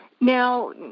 Now